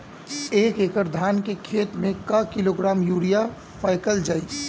एक एकड़ धान के खेत में क किलोग्राम यूरिया फैकल जाई?